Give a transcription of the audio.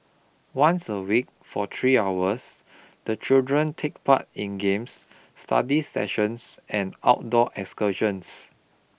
once a week for three hours the children take part in games study sessions and outdoor excursions